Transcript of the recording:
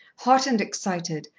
hot and excited,